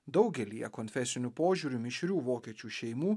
daugelyje konfesiniu požiūriu mišrių vokiečių šeimų